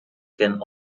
can